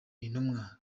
intumwa